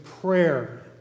prayer